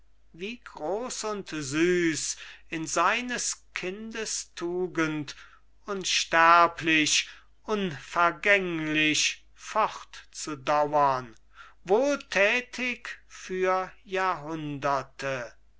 wie groß und süß in seines kindes tugend unsterblich unvergänglich fortzudauern wohltätig für jahrhunderte